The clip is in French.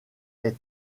est